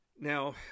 Now